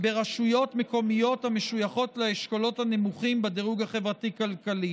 ברשויות מקומיות המשויכות לאשכולות הנמוכים בדירוג החברתי-כלכלי.